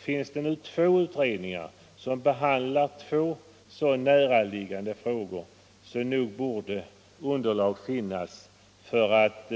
Finns det nu två utredningar som behandlar två så närliggande frågor, då borde underlag finnas för att